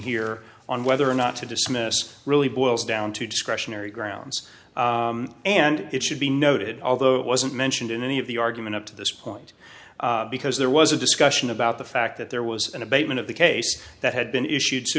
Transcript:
here on whether or not to dismiss really boils down to discretionary grounds and it should be noted although it wasn't mentioned in any of the argument up to this point because there was a discussion about the fact that there was an abatement of the case that had been issued to